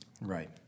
Right